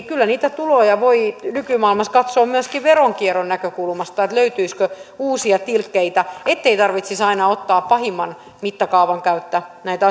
kyllä niitä tuloja voi nykymaailmassa katsoa myöskin veronkierron näkökulmasta löytyisikö uusia tilkkeitä ettei tarvitsisi aina ottaa pahimman mittakaavan kautta näitä